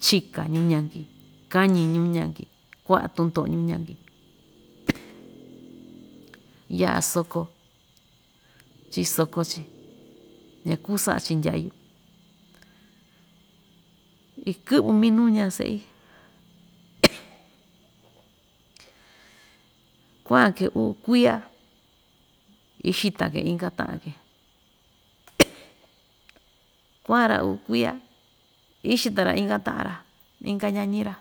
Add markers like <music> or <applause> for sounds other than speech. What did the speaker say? Chika ñuu ñanki kañi ñuu ñanki, kuaꞌa tundoꞌo ñuu ñanki, <noise> yaꞌa soko chisoko‑chi ñakuu saꞌa‑chi ndyayu ikɨꞌvɨ minuu ñaꞌa seꞌi, <noise> kuaꞌa‑ke uu kuiya, ixita‑ke inka taꞌa‑ke <noise> kuaꞌa‑ra uu kuiya, ixita‑ra inka taꞌa‑ra, inka ñañi‑ra